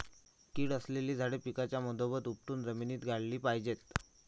कीड असलेली झाडे पिकाच्या मधोमध उपटून जमिनीत गाडली पाहिजेत